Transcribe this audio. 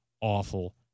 awful